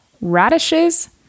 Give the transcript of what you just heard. radishes